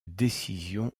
décision